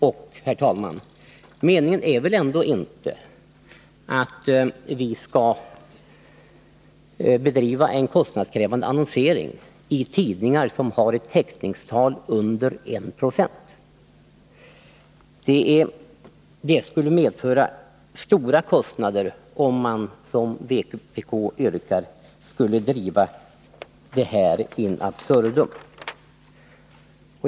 Och, herr talman, meningen är väl ändå inte att vi skall bedriva en kostnadskrävande annonsering i tidningar som har ett täckningstal under 190! Det skulle medföra stora kostnader om man, som vpk yrkar, skulle driva detta in absurdum.